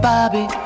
Bobby